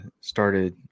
started